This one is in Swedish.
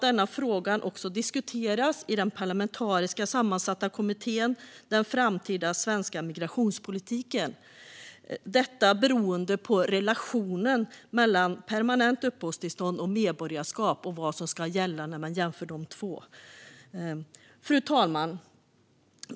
Denna fråga diskuteras också i den parlamentariskt sammansatta kommittén som behandlar den framtida svenska migrationspolitiken. Det handlar om relationen mellan permanent uppehållstillstånd och medborgarskap och om vad som ska gälla för dessa. Fru talman!